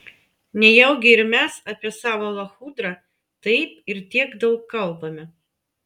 nejaugi ir mes apie savo lachudrą taip ir tiek daug kalbame